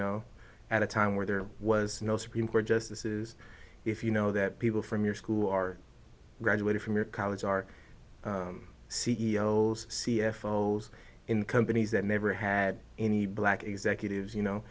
know at a time where there was no supreme court justices if you know that people from your school are graduated from your college our c e o c f o knows in companies that never had any black executives you know